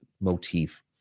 motif